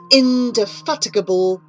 indefatigable